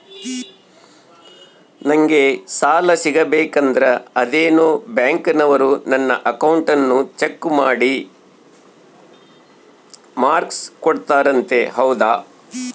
ನಂಗೆ ಸಾಲ ಸಿಗಬೇಕಂದರ ಅದೇನೋ ಬ್ಯಾಂಕನವರು ನನ್ನ ಅಕೌಂಟನ್ನ ಚೆಕ್ ಮಾಡಿ ಮಾರ್ಕ್ಸ್ ಕೊಡ್ತಾರಂತೆ ಹೌದಾ?